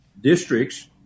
districts